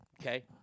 Okay